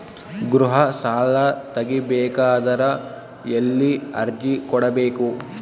ಗೃಹ ಸಾಲಾ ತಗಿ ಬೇಕಾದರ ಎಲ್ಲಿ ಅರ್ಜಿ ಕೊಡಬೇಕು?